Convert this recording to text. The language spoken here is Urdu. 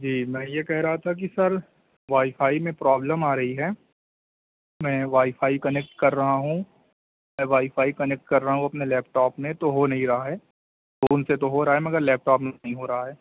جی میں یہ کہہ رہا تھا کہ سر وائی فائی میں پرابلم آ رہی ہے میں وائی فائی کنیکٹ کر رہا ہوں میں وائی فائی کنیکٹ کر رہا ہوں اپنے لیپٹاپ میں تو ہو نہیں رہا ہے فون سے تو ہو رہا ہے مگر لیپٹاپ میں نہیں ہو رہا ہے